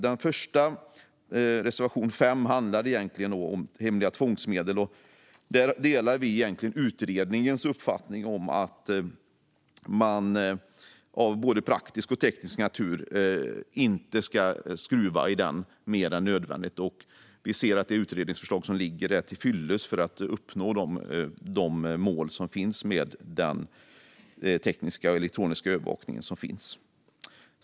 Den första, reservation 5, handlar om hemliga tvångsmedel. Där delar vi egentligen utredningens uppfattning att man av både praktiska och tekniska skäl inte ska skruva i den lagstiftningen mer än nödvändigt. Vi anser att det utredningsförslag som ligger är till fyllest för att uppnå målen med den tekniska och elektroniska övervakning som finns.